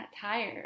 tired